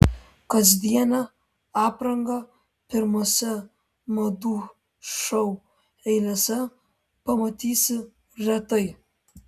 kasdienę aprangą pirmose madų šou eilėse pamatysi retai